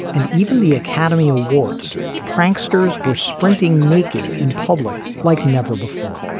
and even the academy awards pranksters were sprinting naked in public like never before.